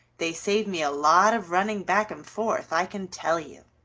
they save me a lot of running back and forth, i can tell you.